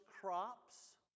crops